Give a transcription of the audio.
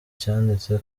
cyanditse